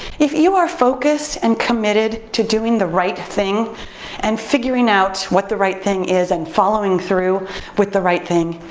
if you are focused and committed to doing the right thing and figuring out what the right thing is and following through with the right thing,